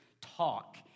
talk